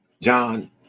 John